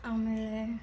ಆಮೇಲೆ